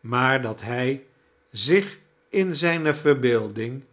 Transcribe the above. maar dat hij zich in zijne verbeelding